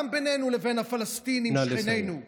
גם בינינו לבין הפלסטינים שבינינו.